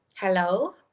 Hello